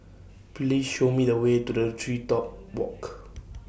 Please Show Me The Way to The Tree Top Walk